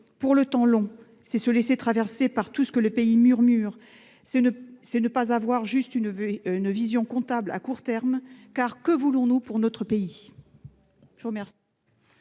pour le temps long. C'est se laisser traverser par tout ce que le pays murmure. C'est ne pas se contenter d'une vision comptable, à court terme. En définitive, que voulons-nous pour notre pays ?